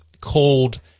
called